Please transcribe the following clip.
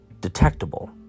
detectable